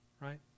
right